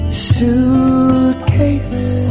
Suitcase